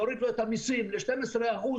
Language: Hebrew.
יורידו לו את המיסים ל-12% ,